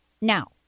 Now